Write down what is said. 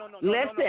listen